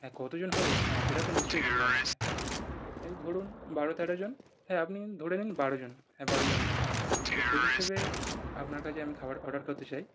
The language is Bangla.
হ্যাঁ কতোজন হবে হ্যাঁ সেটা তো নিশ্চই বলবো আপনাকে এই ধরুন বারো তেরোজন হ্যাঁ আপনি ধরে নিন বারোজন হ্যাঁ বারোজনের তো সেই হিসেবে আপনার কাছে আমি খাবার অর্ডার করতে চাই